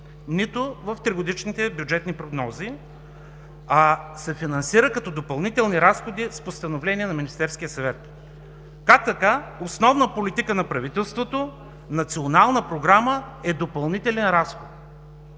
нито в 3 годишните бюджетни прогнози, а се финансира като допълнителни разходи с постановление на Министерския съвет?! Как така основна политика на правителството – Национална програма, е допълнителен разход?!